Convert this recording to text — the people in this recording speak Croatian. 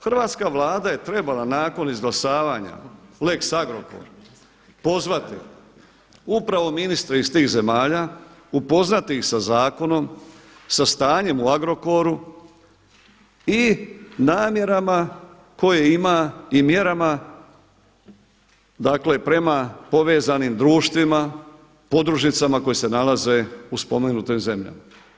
Hrvatska Vlada je trebala nakon izglasavanja lex Agrokor pozvati upravo ministre iz tih zemalja, upoznati ih sa zakonom, sa stanjem u Agrokoru i namjerama koje ima i mjerama, dakle prema povezanim društvima, podružnicama koje se nalaze u spomenutim zemljama.